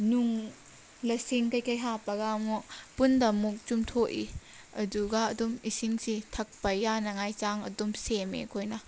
ꯅꯨꯡ ꯂꯁꯤꯡ ꯀꯩ ꯀꯩ ꯍꯥꯞꯄꯒ ꯑꯃꯨꯛ ꯄꯨꯟꯗ ꯑꯃꯨꯛ ꯆꯨꯝꯊꯣꯛꯏ ꯑꯗꯨꯒ ꯑꯗꯨꯝ ꯏꯁꯤꯡꯁꯤ ꯊꯛꯄ ꯌꯥꯅꯉꯥꯏ ꯆꯥꯡ ꯑꯗꯨꯝ ꯁꯦꯝꯃꯦ ꯑꯩꯈꯣꯏꯅ